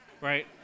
right